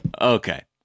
Okay